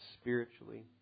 spiritually